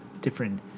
different